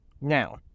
Now